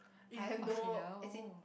I have no as in